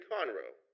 Conroe